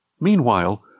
Meanwhile